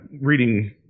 reading